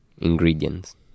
ingredients